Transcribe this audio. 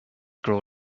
grow